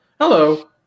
hello